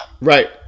Right